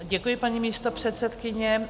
Děkuji, paní místopředsedkyně.